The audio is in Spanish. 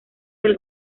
del